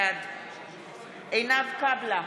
בעד עינב קאבלה,